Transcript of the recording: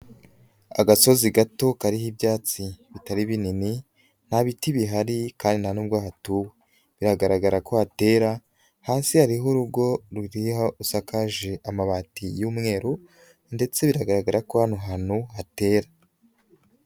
Agasozi gato kariho ibyatsi bitari binini, nta biti bihari kandi nta nubwo hatuwe, biragaragara ko hatera, hasi hariho urugo ruriho, rusakaje amabati y'umweru ndetse bigaragara ko hano hantu hatera.